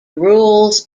rules